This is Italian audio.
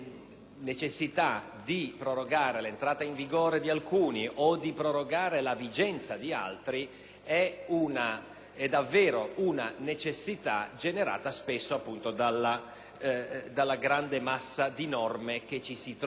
davvero una necessità generata dalla grande massa di norme che ci si trova non soltanto ad avere in vigore ma ad avere anche in via transitoria (perché stanno perdendo